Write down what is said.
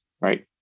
right